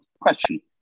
Question